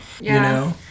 Yeah